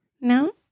No